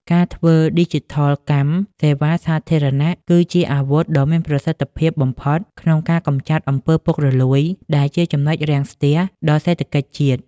ការធ្វើឌីជីថលកម្មសេវាសាធារណៈ គឺជាអាវុធដ៏មានប្រសិទ្ធភាពបំផុតក្នុងការកម្ចាត់ អំពើពុករលួយ ដែលជា ចំណុចរាំងស្ទះ ដល់សេដ្ឋកិច្ចជាតិ។